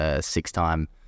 six-time